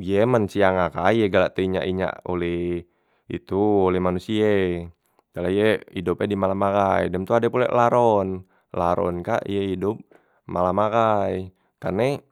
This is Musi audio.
ye men siang ahai ye galak teinyak- inyak oleh itu oleh manusie, karne ye idop e di malam ahai. Dem tu ade pulek laron, laron kak ye idop malam ahai, karne.